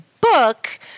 book